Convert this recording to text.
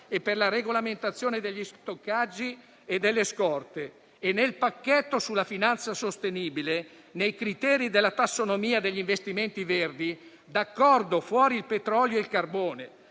e per la regolamentazione degli stoccaggi e delle scorte. Nel pacchetto sulla finanza sostenibile, tra i criteri della tassonomia degli investimenti verdi, siamo d'accordo a eliminare petrolio e carbone.